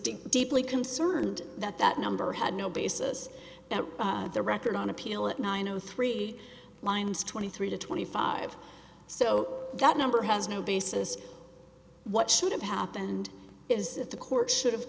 was deeply concerned that that number had no basis that the record on appeal at nine o three lines twenty three to twenty five so that number has no basis what should have happened is that the court should